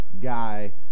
guy